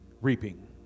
Reaping